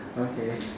okay